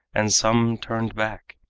and some turned back,